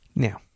Now